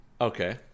Okay